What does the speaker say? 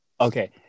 Okay